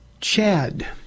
Chad